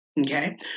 okay